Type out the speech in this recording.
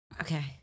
Okay